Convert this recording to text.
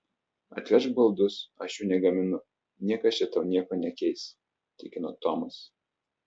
atvežk baldus aš jų negaminu niekas čia tau nieko nekeis tikino tomas